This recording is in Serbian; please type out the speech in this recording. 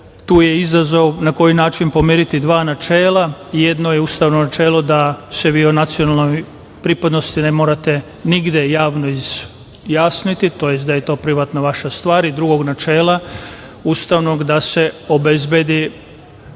Tu je izazov na koji način pomiriti dva načela. Jedno je ustavno načelo da se vi o nacionalnoj pripadnosti ne morate nigde javno izjasniti, tj. da je to privatna vaša stvar i drugog načela ustavnog, da se obezbedi